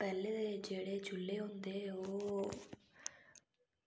पैह्लें दे जेह्ड़े चुल्ले होंदे ओह्